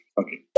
Okay